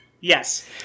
Yes